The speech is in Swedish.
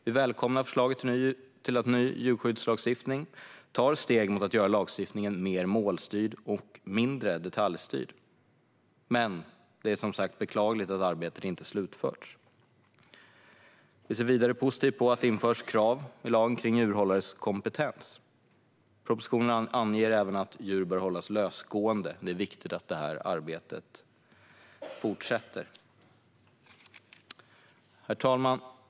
Vi välkomnar att förslaget till en ny djurskyddslagstiftning tar steg mot att göra lagstiftningen mer målstyrd och mindre detaljstyrd. Men det är som sagt beklagligt att arbetet inte har slutförts. Vi ser vidare positivt på att det införs krav i lagen rörande djurhållarens kompetens. Propositionen anger även att djur bör hållas lösgående. Det är viktigt att detta arbete fortsätter. Herr talman!